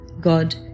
god